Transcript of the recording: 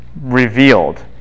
revealed